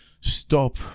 stop